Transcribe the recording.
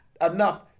enough